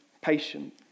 patient